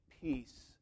peace